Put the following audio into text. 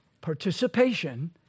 participation